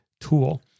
tool